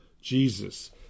Jesus